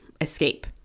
escape